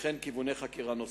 וכן כיווני חקירה נוספים.